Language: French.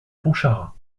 pontcharra